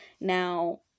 now